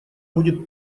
будет